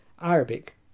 Arabic